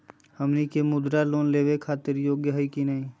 हमनी के मुद्रा लोन लेवे खातीर योग्य हई की नही?